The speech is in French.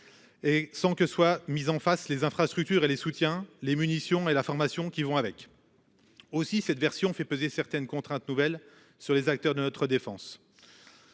Et sans que soit mis en face les infrastructures et les soutiens les munitions et la formation qui vont avec. Aussi, cette version fait peser certaines contraintes nouvelles sur les acteurs de notre défense.